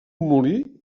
molí